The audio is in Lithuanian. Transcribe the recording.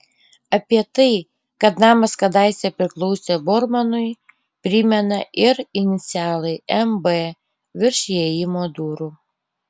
apie tai kad namas kadaise priklausė bormanui primena ir inicialai mb virš įėjimo durų